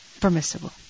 permissible